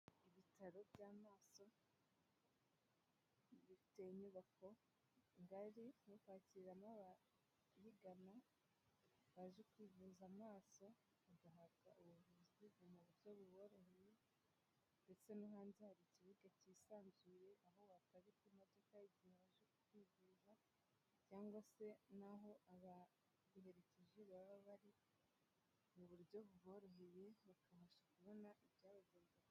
Ibitaro by'amaso, bifite inyubako ngari yo kwakiriramo ababigana, baje kwivuza amaso, bagahabwa ubuvuzi ku mu buryo buboroheye ndetse no hanze hari ikibuga cyisanzuye, aho waparika imodoka mugihe waje kwivuza, cyangwa se naho abaguherekeje baba bari mu buryo buboroheye, bakabasha kubona ibyabagoraga.